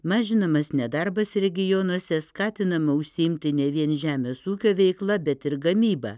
mažinamas nedarbas regionuose skatinama užsiimti ne vien žemės ūkio veikla bet ir gamyba